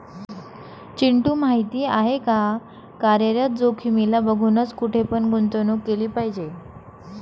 चिंटू माहिती आहे का? कार्यरत जोखीमीला बघूनच, कुठे पण गुंतवणूक केली पाहिजे